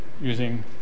using